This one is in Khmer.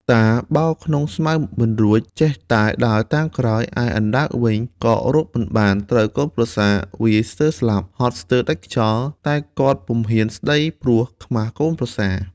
តាបោលក្នុងស្មៅមិនរួច ចេះតែដើរតាមក្រោយ ឯអណ្ដើកវិញក៏រកមិនបាន ត្រូវកូនប្រសាវាយស្ទើរស្លាប់ ហត់ស្ទើរដាច់ខ្យល់ តែគាត់ពុំហ៊ានស្ដីព្រោះខ្មាសកូនប្រសា។